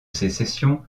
sécession